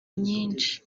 nyinshi